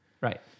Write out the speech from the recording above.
Right